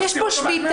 -- יש פה שביתה,